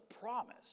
promise